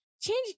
change